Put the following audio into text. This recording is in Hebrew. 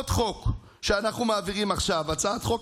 עוד חוק שאנחנו מעבירם עכשיו: הצעת חוק